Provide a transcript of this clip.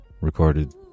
recorded